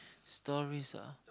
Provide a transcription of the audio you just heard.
stories ah